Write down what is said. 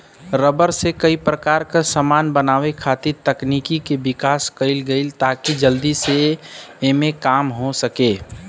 rubber से कई प्रकार क समान बनावे खातिर तकनीक के विकास कईल गइल ताकि जल्दी एमे काम हो सके